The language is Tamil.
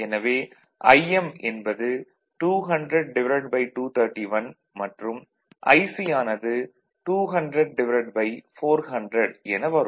எனவே Im என்பது 200231 மற்றும் Ic ஆனது 200400 என வரும்